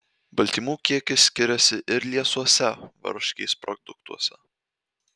baltymų kiekis skiriasi ir liesuose varškės produktuose